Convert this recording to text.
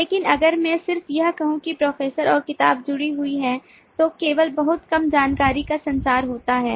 लेकिन अगर मैं सिर्फ यह कहूं कि प्रोफेसर और किताब जुड़ी हुई है तो केवल बहुत कम जानकारी का संचार होता है